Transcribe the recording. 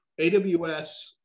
AWS